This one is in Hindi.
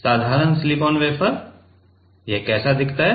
साधारण सिलिकॉन वेफर यह कैसा दिखता है